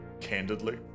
candidly